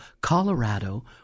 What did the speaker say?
Colorado